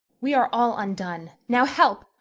we are all undone! now help,